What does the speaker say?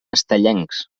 estellencs